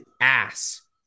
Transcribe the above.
ass